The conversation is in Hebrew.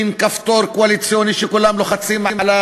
שמשנה סדרי עולם שהיו נהוגים במשך עשרות